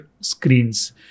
screens